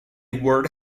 word